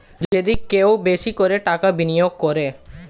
যদি কেউ বেশি করে টাকা বিনিয়োগ করে